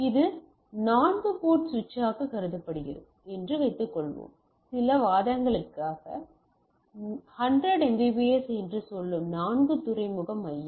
இது ஒரு நான்கு போர்ட் சுவிட்சாக கருதப்படுகிறது என்று வைத்துக்கொள்வோம் சில வாதங்களுக்கு 100 Mbps என்று சொல்லும் நான்கு துறைமுக மையம்